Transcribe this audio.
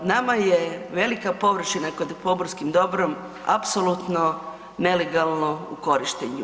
Nama je velika površina pod pomorskim dobrom apsolutno nelegalno u korištenju.